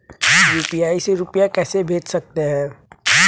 UPI से रुपया कैसे भेज सकते हैं?